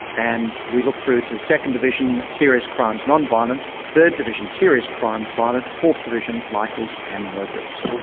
and we look through to second division, serious crimes, non-violent third division, serious crimes, violent fourth division, lifers and murderers.